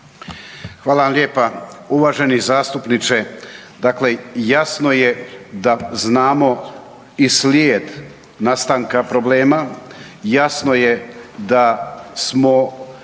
Hvala vam lijepa. Uvaženi zastupniče dakle jasno je da znamo i slijed nastanka problema. Jasno je da smo